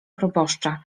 proboszcza